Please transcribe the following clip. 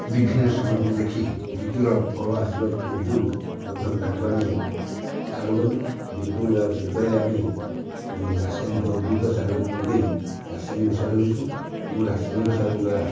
ବିଭିନ୍ନ ସମୟକୁ ଦେଖି ଋତୁର ଫଳ ଆସିବା ପୂର୍ବରୁ ମଧ୍ୟ ତାହାକୁ ଆମେ ସାର ଦେବୁ ବିକୁ ଆଉ ସେତେବେଳେ ଆମେ ରାସାୟନି ଜୈବିକ ସାର ନ ଦେଇ ରାସାୟନିକ ସାର ଦେବୁ ଏବଂ ରାସାୟନିକ ସାର ଦ୍ୱାରା